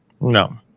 no